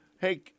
Hey